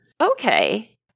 Okay